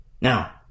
Now